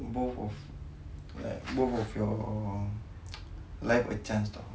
both of like both of your life a chance [tau]